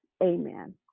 Amen